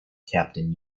captain